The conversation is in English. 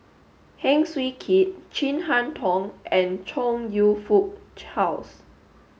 Heng Swee Keat Chin Harn Tong and Chong You Fook Charles